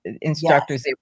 instructors